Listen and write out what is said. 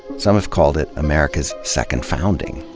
some have called it america's second founding,